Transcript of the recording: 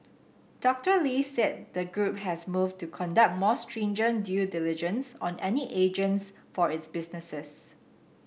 Doctor Lee said the group has moved to conduct more stringent due diligence on any agents for its businesses